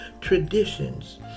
traditions